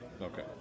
Okay